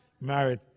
married